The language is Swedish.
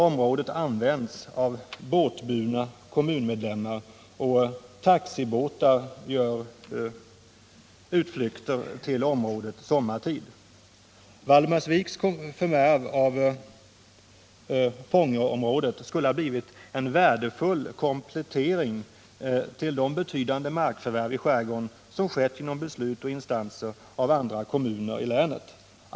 Området används av båtburna kommunmedlemmar, och taxibåtar gör utflykter till området sommartid. Valdemarsviks förvärv av Fångöområdet skulle ha blivit en värdefull komplettering till de betydande markförvärv i skärgården som skett genom beslut av andra instanser och andra kommuner i länet.